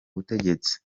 butegetsi